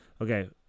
Okay